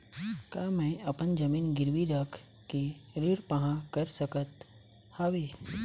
का मैं अपन जमीन गिरवी रख के ऋण पाहां कर सकत हावे?